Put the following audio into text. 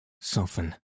soften